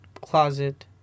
closet